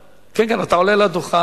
כן, כן, אתה עולה לדוכן.